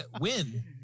win